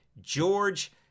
George